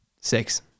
Six